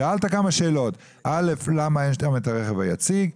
שאלת למה יש את הרכב היציג,